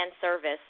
service